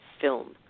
film